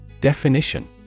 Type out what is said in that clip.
Definition